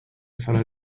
fellow